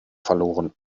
verloren